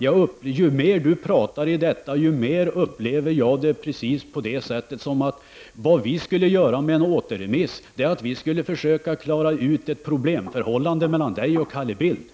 Ju mer Anders Björck pratar om detta, desto mer upplever jag det precis som om vi med återremissen skulle försöka klara ut ett problemförhållande mellan Anders Björck och Carl Bildt.